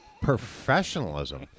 Professionalism